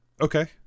Okay